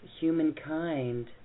humankind